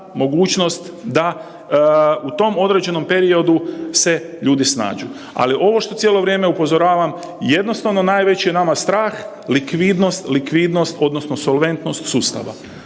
mogućnost da se u tom određenom periodu ljudi snađu. Ali ovo što cijelo vrijeme upozoravam, jednostavno najveći je nama strah likvidnost, likvidnost odnosno solventnost sustava,